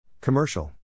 Commercial